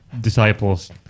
disciples